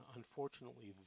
unfortunately